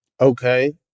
Okay